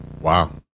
Wow